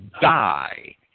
die